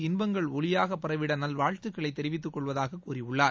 இன்பங்கள் ஒளியாக பரவிட நல்வாழ்த்துகளை தெரிவித்துக் கொள்வதாக கூறியுள்ளார்